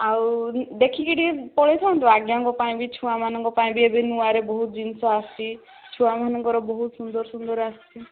ଆଉ ଦେଖିକି ଟିକେ ପଳେଇଥାନ୍ତୁ ଆଜ୍ଞା ଙ୍କ ପାଇଁ ବି ଛୁଆମାନଙ୍କ ପାଇଁ ବି ଏବେ ନୁଆଁରେ ବହୁତ ଜିନିଷ ଆସିଛି ଛୁଆମାନଙ୍କର ବହୁତ ସୁନ୍ଦର ସୁନ୍ଦର ଆସିଛି